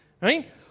Right